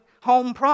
home